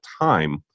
time